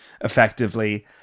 effectively